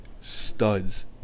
studs